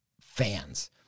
fans